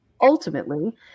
ultimately